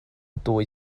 dwy